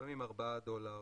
לפעמים ארבעה דולר.